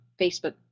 Facebook